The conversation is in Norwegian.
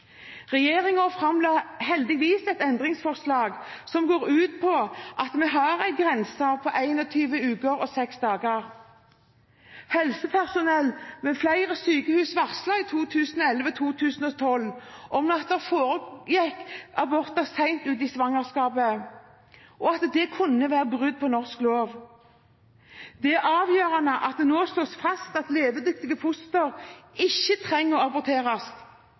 heldigvis et endringsforslag som går ut på at vi har en grense ved 21 uker og 6 dager. Helsepersonell ved flere sykehus varslet i 2011–2012 om at det forekom aborter så sent ute i svangerskapet at det kunne være brudd på norsk lov. Det er avgjørende at det nå slås fast at levedyktige fostre ikke trenger å aborteres.